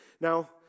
Now